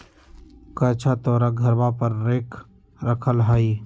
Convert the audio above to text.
कअच्छा तोहर घरवा पर रेक रखल हई?